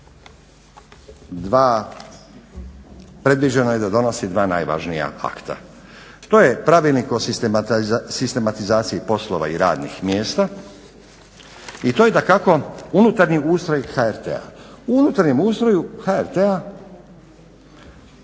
predviđeno je da donosi dva najvažnija akta. To je Pravilnik o sistematizaciji poslova i radnih mjesta i to je dakako unutarnji ustroj HRT-a. U unutarnjem ustroju HRT-a